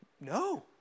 No